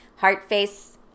Heartface